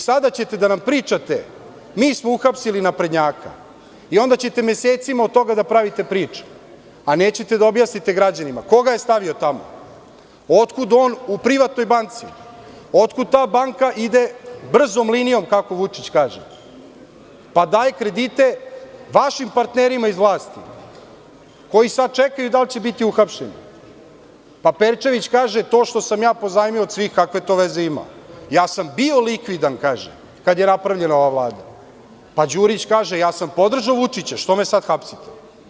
Sada ćete da nam pričate – mi smo uhapsili naprednjaka i onda ćete mesecima od toga da pravite priču, a nećete da objasnite građanima ko ga je stavio tamo, odkud on u privatnoj banci, odkud ta banka ide brzom linijom, kako Vučić kaže, pa daje kredite vašim partnerima iz vlasti koji sada čekaju da li će biti uhapšeni, pa Perčević kaže – to što sam ja pozajmio od svih, kakve to veze ima, ja sam bio likvidan kada je napravljena ova Vlada, pa Đurić kaže – ja sam podržao Vučića, što me sada hapsite.